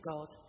God